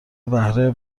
بهره